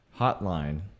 hotline